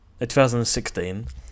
2016